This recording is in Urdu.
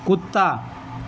کتا